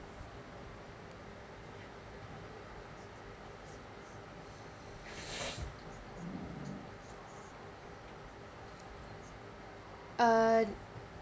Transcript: uh